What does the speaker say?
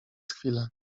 chwilę